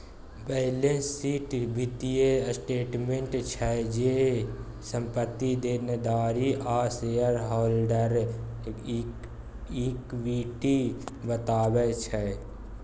balance sheet बित्तीय statement छै जे, संपत्ति, देनदारी आ शेयर हॉल्डरक इक्विटी बताबै छै